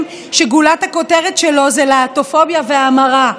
שגולת הכותרת שלו זה להט"בופוביה והמרה,